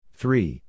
three